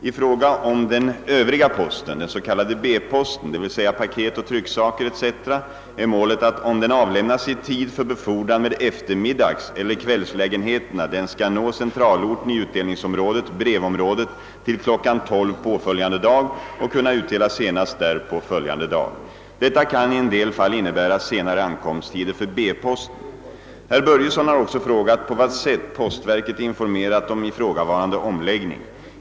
I fråga om den övriga posten — den s.k. B-posten, d.v.s. paket och trycksaker etc. — är målet, att om den avlämnas i tid för befordran med eftermiddagseller kvällslägenheterna den skall nå centralorten i utdelningsområdet till kl. 12.00 följande dag och kunna utdelas senast därpå följande dag. Detta kan i en del fall innebära senare ankomsttider för B-posten. Herr Börjesson har också frågat på vad sätt postverket informerat om ifrågavarande omläggning.